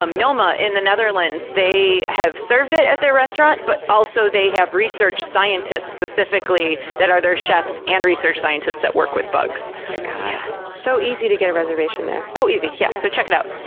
um noma in the netherlands, they have served it at their restaurant, but also they have research scientists specifically that are their chefs, and research scientists that work with bugs. oh my god. so, easy to get a reservation there? oh, easy. yeah so check it out.